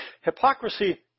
Hypocrisy